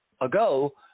ago